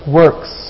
works